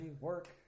work